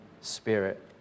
spirit